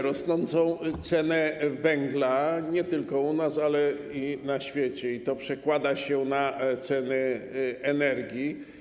Rosnące ceny węgla nie tylko u nas, ale i na świecie, co przekłada się na ceny energii.